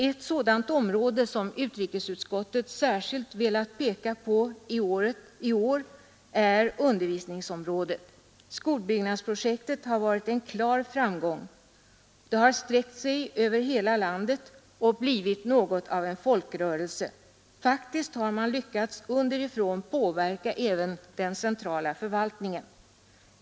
Ett sådant område, som utrikesutskottet särskilt har velat peka på i år, är undervisningsområdet. Skolbyggnadsprojektet har varit en klar framgång. Det har sträckt sig över hela landet och blivit något av en folkrörelse. Faktiskt har man lyckats att underifrån påverka även den centrala förvaltningen.